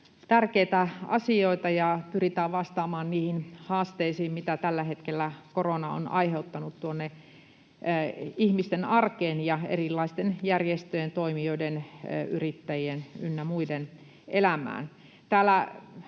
tärkeitä asioita, ja tällä pyritään vastaamaan niihin haasteisiin, mitä tällä hetkellä korona on aiheuttanut ihmisten arkeen ja erilaisten järjestöjen, toimijoiden, yrittäjien ynnä muiden elämään.